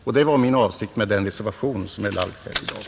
Det var också min avsikt med den reservation som vi behandlar här i dag.